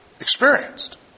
experienced